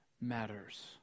matters